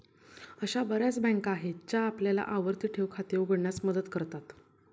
अशा बर्याच बँका आहेत ज्या आपल्याला आवर्ती ठेव खाते उघडण्यास मदत करतात